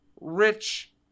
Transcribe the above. Rich